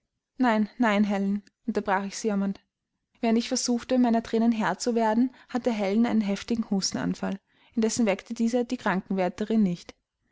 nein nein helen unterbrach ich sie jammernd während ich versuchte meiner thränen herr zu werden hatte helen einen heftigen hustenanfall indessen weckte dieser die krankenwärterin nicht